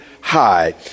high